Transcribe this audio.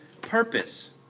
purpose